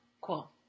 Cool